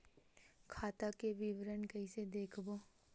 खाता के विवरण कइसे देखबो?